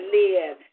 live